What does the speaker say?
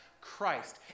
Christ